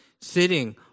sitting